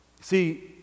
See